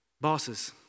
Bosses